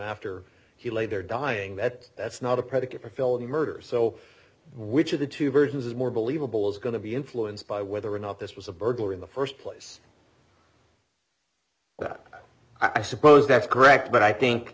after he lay there dying that that's not a predicate for a felony murder so which of the two versions is more believable is going to be influenced by whether or not this was a burglar in the st place but i suppose that's correct but i think